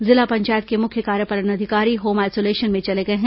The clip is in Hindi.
जिला पंचायत के मुख्य कार्यपालन अधिकारी होम आईसोलेशन में चले गए हैं